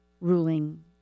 ruling